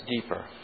deeper